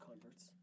converts